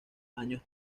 años